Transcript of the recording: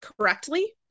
correctly